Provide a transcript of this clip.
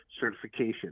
Certification